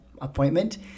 appointment